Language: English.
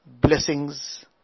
blessings